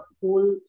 whole